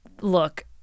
Look